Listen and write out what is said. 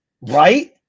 right